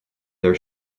their